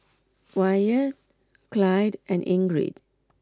Wyatt Clyde and Ingrid